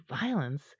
violence